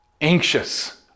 anxious